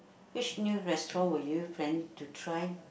which new restaurant were you planning to try